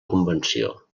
convenció